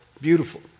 Beautiful